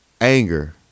anger